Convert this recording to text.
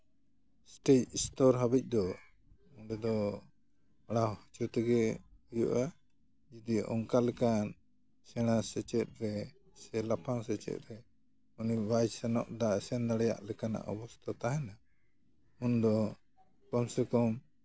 stage ᱥᱥᱛᱚᱨ ᱦᱟᱹᱵᱤᱡ ᱫᱚ ᱚᱸᱰᱮ ᱫᱚ ᱯᱟᱲᱦᱟᱣ ᱦᱚᱪᱚ ᱛᱮᱜᱮ ᱦᱩᱭᱩᱜᱼᱟ ᱡᱩᱫᱤ ᱚᱝᱠᱟ ᱞᱮᱠᱟᱱ ᱥᱮᱬᱟ ᱥᱮᱪᱮᱫ ᱨᱮ ᱥᱮ ᱞᱟᱯᱷᱟᱝ ᱥᱮᱪᱮᱫ ᱨᱮ ᱩᱱᱤ ᱵᱟᱭ ᱥᱮᱱᱚᱜᱼᱫᱟ ᱵᱟᱭ ᱥᱮᱱ ᱫᱟᱲᱮᱭᱟᱜ ᱞᱮᱠᱟᱱᱟᱜ ᱚᱵᱚᱥᱛᱟ ᱛᱟᱦᱮᱱᱟ ᱩᱱᱫᱚ ᱠᱚᱢ ᱥᱮ ᱠᱚᱢ